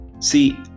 see